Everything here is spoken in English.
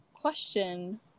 question